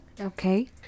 Okay